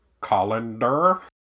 Colander